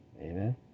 Amen